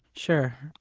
sure.